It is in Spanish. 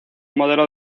modelo